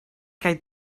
kaj